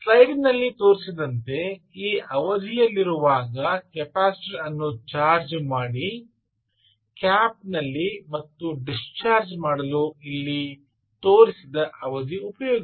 slide ನಲ್ಲಿ ತೋರಿಸಿದಂತೆ ಈ ಅವಧಿಯಲ್ಲಿರುವಾಗ ಕೆಪಾಸಿಟರ್ ಅನ್ನು ಚಾರ್ಜ್ ಮಾಡಿ ಕ್ಯಾಪ್ನಲ್ಲಿ ಮತ್ತು ಡಿಸ್ಚಾರ್ಜ್ ಮಾಡಲು ಇಲ್ಲಿ ತೋರಿಸಿದ ಅವಧಿ ಉಪಯೋಗಿಸಿ